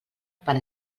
per